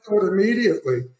immediately